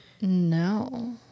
No